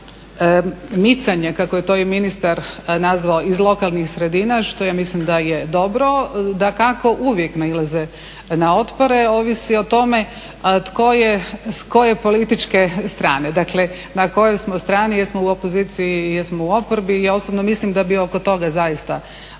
micanje, kako je to i ministar nazvao, iz lokalnih sredina, što ja mislim da je dobro, dakako uvijek nailaze na otpore, ovisi o tome tko je s koje političke strane, dakle na kojoj smo strani, jesmo u opoziciji, jesmo u oporbi, osobno mislim da bi oko toga zaista morali